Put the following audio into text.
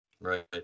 Right